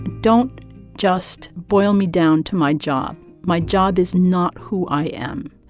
don't just boil me down to my job. my job is not who i am.